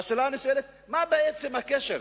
והשאלה הנשאלת היא, מה בעצם הקשר?